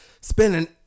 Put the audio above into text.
spending